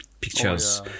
pictures